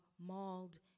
mauled